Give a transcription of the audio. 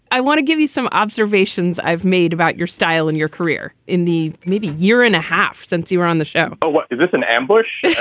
i want to give you some observations i've made about your style and your career in the movie year and a half since you were on the show but is this an ambush?